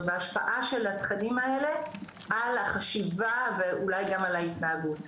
וההשפעה של התכנים האלה על החשיבה ואולי גם על ההתנהגות.